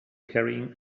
carrying